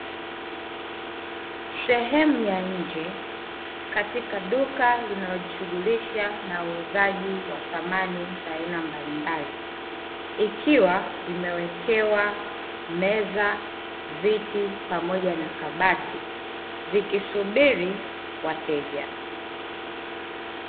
Sehemu ya nje katika duka linalojishughulisha na uuzaji wa samani za aina mbalimbali, ikiwa imewekewa meza, viti pamoja na kabati, vikisubiri wateja.